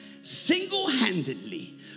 single-handedly